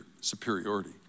superiority